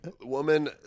Woman